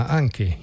anche